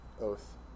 oath